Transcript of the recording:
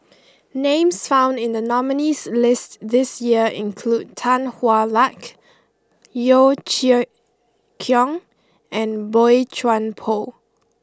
names found in the nominees' list this year include Tan Hwa Luck Yeo Chee Kiong and Boey Chuan Poh